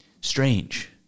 strange